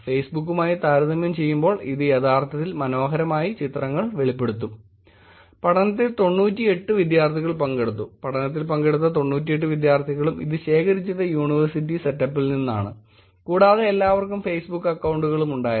ഫേസ്ബുക്കുമായി താരതമ്യം ചെയ്യുമ്പോൾ ഇത് യഥാർത്ഥത്തിൽ മനോഹരമായി ചിത്രങ്ങൾ വെളിപ്പെടുത്തും പഠനത്തിൽ 98 വിദ്യാർത്ഥികൾ പങ്കെടുത്തു പഠനത്തിൽ പങ്കെടുത്ത 98 വിദ്യാർത്ഥികളും ഇത് ശേഖരിച്ചത് യൂണിവേഴ്സിറ്റി സെറ്റപ്പിൽ നിന്ന് ആണ് കൂടാതെ എല്ലാവർക്കും ഫേസ്ബുക്ക് അക്കൌണ്ടുകളും ഉണ്ടായിരുന്നു